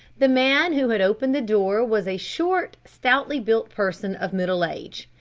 the man who had opened the door was a short, stoutly built person of middle age.